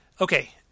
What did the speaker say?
Okay